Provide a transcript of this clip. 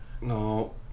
No